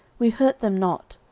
we hurt them not,